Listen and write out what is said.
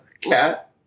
cat